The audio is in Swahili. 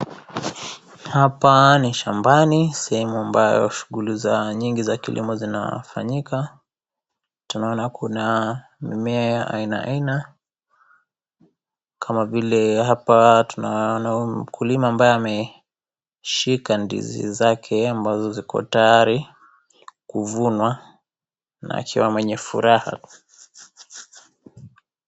Hapa ni shambani sehemu ambayo shughuli nyingi za kilimo zinafanyika, tunaona kuna mimea ya aina aina kama vile hapa tunaona mkulima ambaye ameshika ndizi zake ambazo ziko tayari kuvunwa akiwa mwenye furaha.